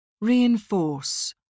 Reinforce